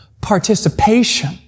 participation